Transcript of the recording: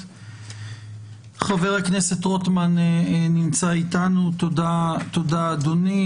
חבר הכנסת רוטמן נמצא איתנו, תודה לאדוני.